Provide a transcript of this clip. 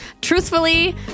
Truthfully